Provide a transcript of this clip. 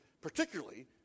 particularly